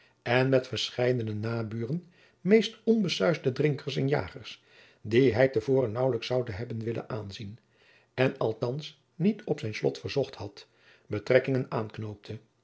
en met verscheidene naburen meest onbesuisde drinkers en jagers die hij te voren naauwlijks zoude hebben willen aanzien en althands niet op zijn slot verzocht had betrekkingen aanknoopte